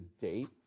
date